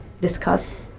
discuss